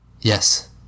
Yes